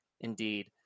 indeed